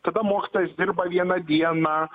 tada mokytojas dirba vieną dieną